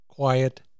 Quiet